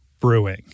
Brewing